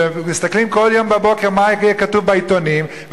שמסתכלים כל יום בבוקר מה כתוב בעיתונים.